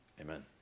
Amen